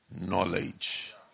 knowledge